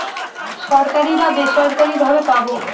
সরকারি বা বেসরকারি ভাবে পাবো